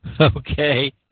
okay